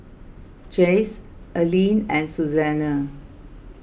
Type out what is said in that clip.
Chaz Allyn and Susanna